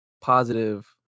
positive